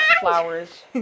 flowers